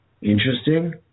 Interesting